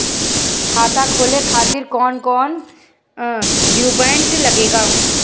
खाता खोले खातिर कौन कौन डॉक्यूमेंट लागेला?